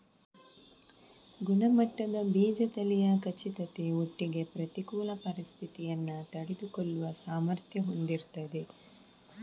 ಗುಣಮಟ್ಟದ ಬೀಜ ತಳಿಯ ಖಚಿತತೆ ಒಟ್ಟಿಗೆ ಪ್ರತಿಕೂಲ ಪರಿಸ್ಥಿತಿಯನ್ನ ತಡೆದುಕೊಳ್ಳುವ ಸಾಮರ್ಥ್ಯ ಹೊಂದಿರ್ತದೆ